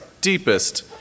deepest